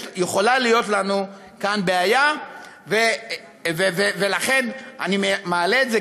יכולה להיות לנו כאן בעיה, ולכן אני מעלה את זה.